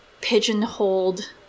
pigeonholed